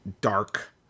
dark